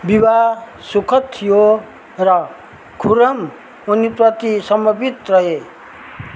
विवाह सुखद थियो र खुर्रम उनीप्रति समर्पित रहे